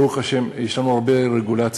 ברוך השם, יש לנו הרבה רגולציה,